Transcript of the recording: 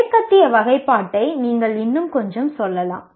மேற்கத்திய வகைப்பாட்டை நீங்கள் இன்னும் கொஞ்சம் சொல்லலாம்